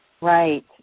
Right